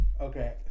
Okay